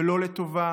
ולא לטובה,